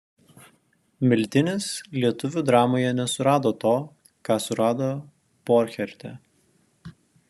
miltinis lietuvių dramoje nesurado to ką surado borcherte